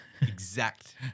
exact